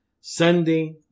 Sunday